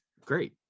great